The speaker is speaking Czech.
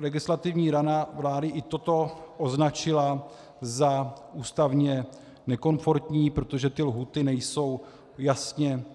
Legislativní rada vlády i toto označila za ústavně nekonformní, protože lhůty nejsou